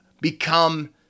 become